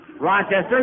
Rochester